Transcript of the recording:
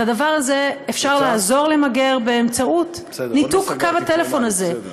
את הדבר הזה אפשר לעזור למגר באמצעות ניתוק קו הטלפון הזה.